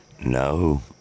No